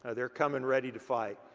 ah they're coming ready to fight.